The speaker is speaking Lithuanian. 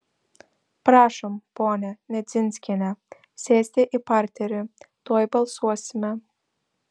prašom ponia nedzinskiene sėsti į parterį tuoj balsuosime